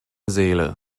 seele